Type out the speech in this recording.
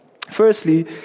Firstly